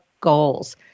Goals